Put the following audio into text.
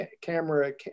camera